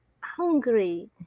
hungry